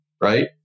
right